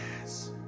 yes